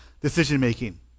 decision-making